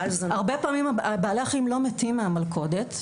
הרבה פעמים בעלי החיים לא מתים מהמלכודת,